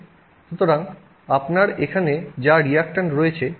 সুতরাং আপনার এখানে যা রিয়্যাকট্যান্ট রয়েছে